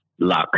luck